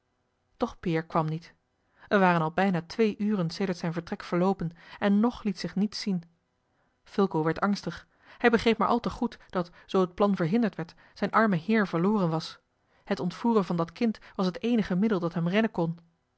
doch peer kwam niet er waren al bijna twee uren sedert zijn vertrek verloopen en nog liet zich niets zien fulco werd angstig hij begreep maar al te goed dat zoo het plan verhinderd werd zijn arme heer verloren was het ontvoeren van dat kind was het eenige middel dat hem redden kon